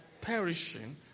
Perishing